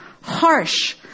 harsh